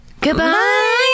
Goodbye